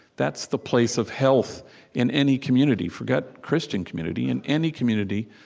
that's the place of health in any community forget christian community in any community,